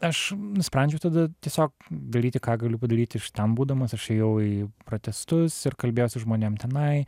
aš nusprendžiau tada tiesiog daryti ką galiu padaryti iš ten būdamas aš ėjau į protestus ir kalbėjau su žmonėm tenai